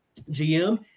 GM